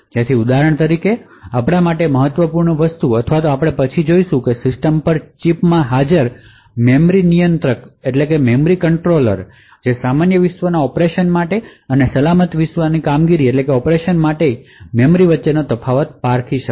જેથી ઉદાહરણ તરીકે અને આપણા માટે મહત્વપૂર્ણ વસ્તુ અથવા આપણે પછી જોશું કે સિસ્ટમ પર ચિપપર હાજર મેમરી નિયંત્રક જે સામાન્ય વિશ્વના ઑપરેશન માટે અને સલામત વિશ્વ કામગીરી માટે મેમરી વચ્ચેનો તફાવત પારખી શકશે